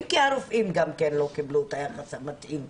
קיבלו כי הרופאים גם לא קיבלו את היחס המתאים.